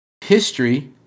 history